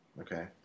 okay